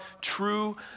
true